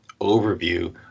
overview